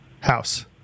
House